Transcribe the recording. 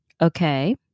Okay